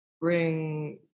bring